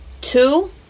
two